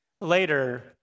Later